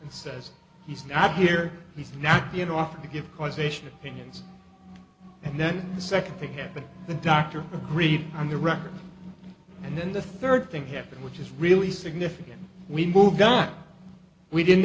and says he's not here he's not being offered to give causation opinions and then the second thing happened the doctor agreed on the record and then the third thing happened which is really significant we